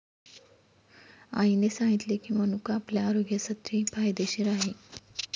आईने सांगितले की, मनुका आपल्या आरोग्यासाठी फायदेशीर आहे